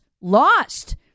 lost